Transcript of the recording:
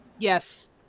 Yes